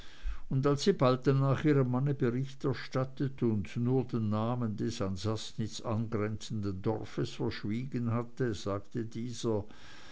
und als sie bald danach ihrem manne bericht erstattet und nur den namen des an saßnitz angrenzenden dorfes verschwiegen hatte sagte dieser